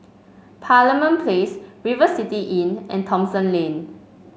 Parliament Place River City Inn and Thomson Lane